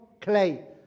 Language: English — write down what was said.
clay